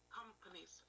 companies